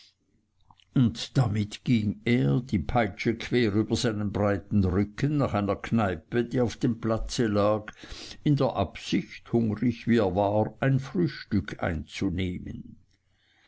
und damit ging er die peitsche quer über seinen breiten rücken nach einer kneipe die auf dem platze lag in der absicht hungrig wie er war ein frühstück einzunehmen